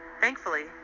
Thankfully